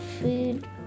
food